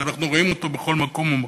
שאנחנו רואים אותו בכל מקום ומקום.